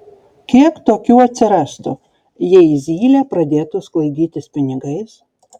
kiek tokių atsirastų jei zylė pradėtų sklaidytis pinigais